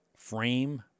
frame